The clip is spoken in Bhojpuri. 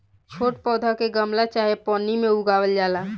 छोट पौधा के गमला चाहे पन्नी में उगावल जाला